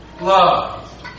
love